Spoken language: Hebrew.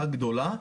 גדולה,